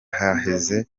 haheze